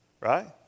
Right